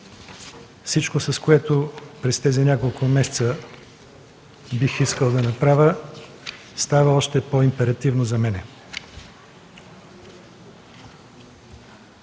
всичко, което през тези няколко месеца бих искал да направя, става още по-императивно за мен.